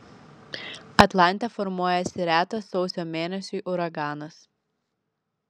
atlante formuojasi retas sausio mėnesiui uraganas